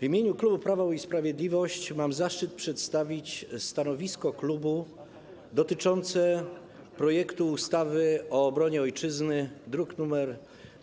W imieniu klubu Prawo i Sprawiedliwość mam zaszczyt przedstawić stanowisko klubu dotyczące projektu ustawy o obronie Ojczyzny, druk nr